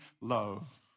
love